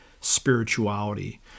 spirituality